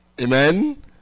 Amen